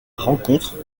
rencontre